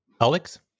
Alex